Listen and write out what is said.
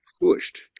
pushed